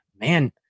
man